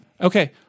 Okay